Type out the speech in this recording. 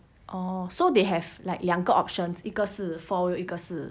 oh so they have like 两个 options 一个是 four wheel 一个是